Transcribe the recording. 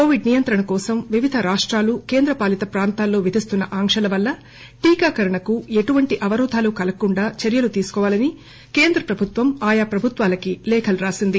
Covid నియంత్రణ కోసం వివిధ రాష్టాలు కేంద్ర పాలిత ప్రాంతాల్లో విధిస్తున్న ఆంకల వల్ల టీకాకరణకు ఎటువంటి ఆవరోధాలు కలగకుండా చర్యలు తీసుకోవాలని కేంద్ర ప్రభుత్వం ఆయా ప్రభుత్వాలకి లేఖలు వ్రాసింది